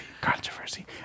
Controversy